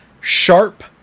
Sharp